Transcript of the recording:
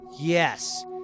yes